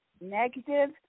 negative